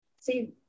See